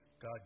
God